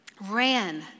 ran